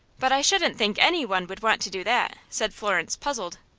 but i shouldn't think any one would want to do that, said florence, puzzled.